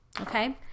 Okay